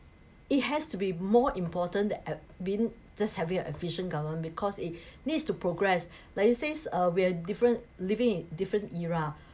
it has to be more important than being just having efficient government because it needs to progress like you say uh we're different living in different era